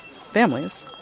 Families